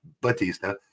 Batista